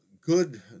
good